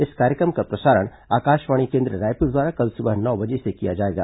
इस कार्यक्रम का प्रसारण आकाशवाणी केन्द्र रायपुर द्वारा कल सुबह नौ बजे से किया जाएगा